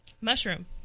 Mushroom